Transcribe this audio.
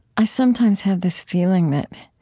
i sometimes have this feeling that